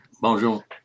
bonjour